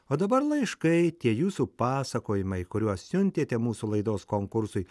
o dabar laiškai tie jūsų pasakojimai kuriuos siuntėte mūsų laidos konkursui